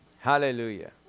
Hallelujah